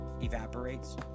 evaporates